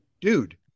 dude